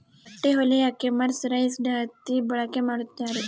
ಬಟ್ಟೆ ಹೊಲಿಯಕ್ಕೆ ಮರ್ಸರೈಸ್ಡ್ ಹತ್ತಿ ಬಳಕೆ ಮಾಡುತ್ತಾರೆ